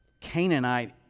Canaanite